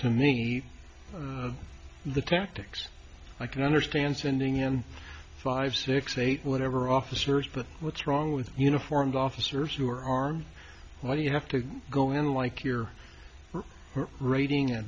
to me the tactics i can understand sending him five six eight whatever officers but what's wrong with uniformed officers who are armed why do you have to go in like you're raiding